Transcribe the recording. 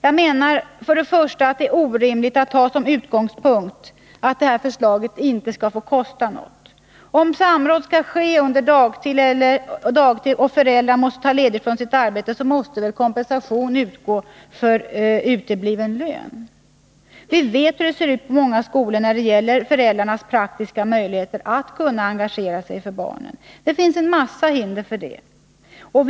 Jag menar, för det första, att det är orimligt att ha som utgångspunkt att förslaget inte skall få kosta något. Om samråd skall ske under dagtid och föräldrarna måste ta ledigt från sitt arbete, så måste kompensation för utebliven lön kunna utgå. Vi vet hur det ser ut på många skolor när det gäller föräldrarnas praktiska möjligheter att kunna engagera sig för barnen. Det finns en mängd hinder för detta engagemang.